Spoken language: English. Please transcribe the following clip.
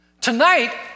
Tonight